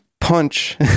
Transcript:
punch